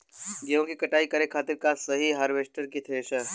गेहूँ के कटाई करे खातिर का सही रही हार्वेस्टर की थ्रेशर?